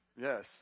yes